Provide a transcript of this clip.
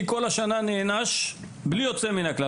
אני כל השנה נענש בלי יוצא מן הכלל.